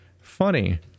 Funny